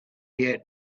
yet